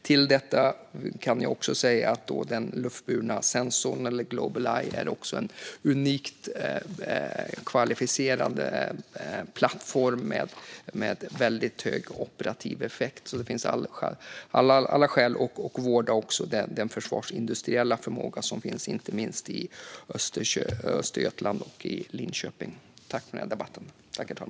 Till det kan jag säga att den luftburna sensorn, Global Eye, också är en unikt kvalificerad plattform med väldigt hög operativ effekt. Det finns alltså alla skäl att vårda den försvarsindustriella förmåga som finns inte minst i Östergötland och Linköping. Tack för den här debatten!